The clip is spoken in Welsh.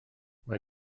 mae